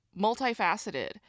multifaceted